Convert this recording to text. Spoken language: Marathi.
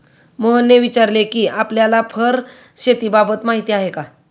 मोहनने विचारले कि आपल्याला फर शेतीबाबत माहीती आहे का?